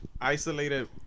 isolated